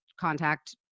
contact